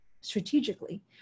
strategically